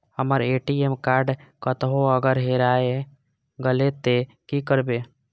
हमर ATM card कतहो अगर हेराय गले ते की करबे?